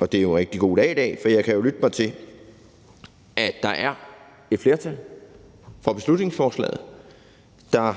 Og det er en rigtig god dag i dag, for jeg kan jo lytte mig til, at der er et flertal for beslutningsforslaget, der